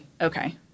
Okay